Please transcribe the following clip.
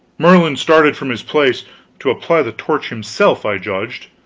merlin started from his place to apply the torch himself, i judged.